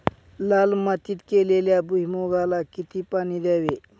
लाल मातीत केलेल्या भुईमूगाला किती पाणी द्यावे?